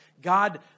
God